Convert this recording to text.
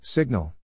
Signal